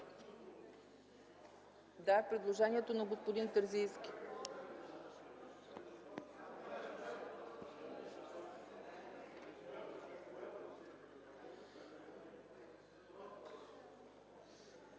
предложението на господин Терзийски.